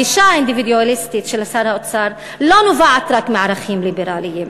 הגישה האינדיבידואליסטית של שר האוצר לא נובעת רק מערכים ליברליים,